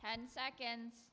ten seconds